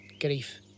Grief